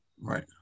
right